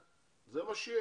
אנשים.